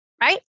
right